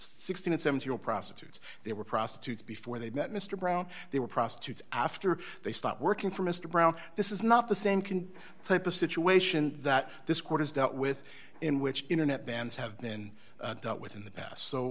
sixteen and seventeen were prostitutes they were prostitutes before they met mr brown they were prostitutes after they stopped working for mr brown this is not the same can type of situation that this court has dealt with in which internet bans have been dealt with in the past so